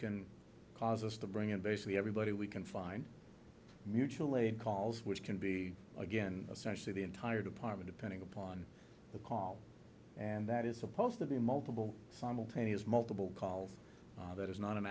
can cause us to bring in basically everybody we can find mutual aid calls which can be again essentially the entire department of pending upon the call and that is supposed to be a multiple simultaneous multiple calls that is not an